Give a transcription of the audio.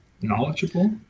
knowledgeable